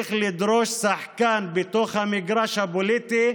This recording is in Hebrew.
ונמשיך לדרוש להיות שחקן בתוך המגרש הפוליטי,